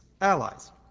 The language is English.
allies